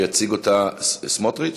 יציג אותה חבר הכנסת סמוטריץ.